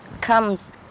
comes